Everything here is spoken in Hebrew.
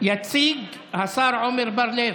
יציג השר עמר בר לב.